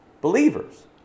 Believers